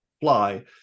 fly